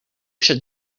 should